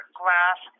glass